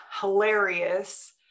hilarious